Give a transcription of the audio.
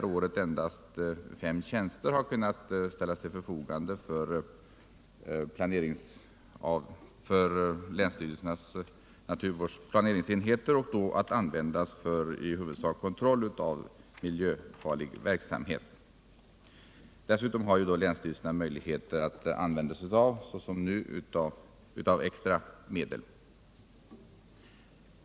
I år har endast fem tjänster kunnat ställas till förfogande för länsstyrelsernas planeringsenheter att huvudsakligen användas för kontroll av miljöfarlig verksamhet. Dessutom har länsstyrelserna möjligheter att som nu använda sig av extra medel.